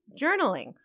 journaling